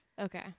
okay